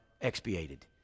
expiated